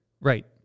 Right